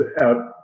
out